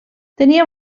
tenia